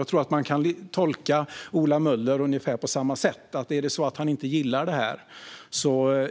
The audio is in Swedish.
Jag tror att man kan tolka Ola Möller på ungefär samma sätt. Om han inte gillar detta